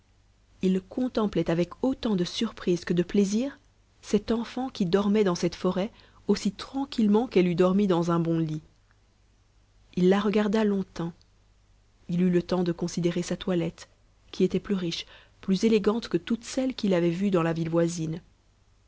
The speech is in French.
il contemplait avec autant de surprise que de plaisir cette enfant qui dormait dans cette forêt aussi tranquillement qu'elle eût dormi dans un bon lit il la regarda longtemps il eut le temps de considérer sa toilette qui était plus riche plus élégante que toutes celles qu'il avait vues dans la ville voisine